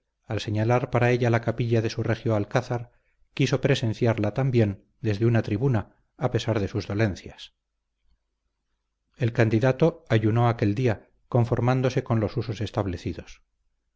al señalar para ella la capilla de su regio alcázar quiso presenciarla también desde una tribuna a pesar de sus dolencias el candidato ayunó aquel día conformándose con los usos establecidos